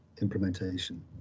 implementation